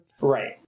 Right